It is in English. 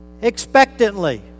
expectantly